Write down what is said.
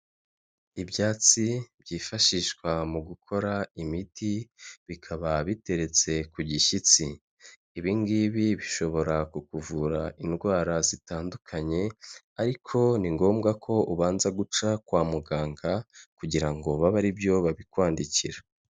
Ibyatsi byifashishwa mu gukora imiti, bikaba biteretse ku gishyitsi, ibi ngibi bishobora ku kuvura indwara zitandukanye ariko ni ngombwa ko ubanza guca kwa muganga kugira ngo babe ari byo babikwandikira.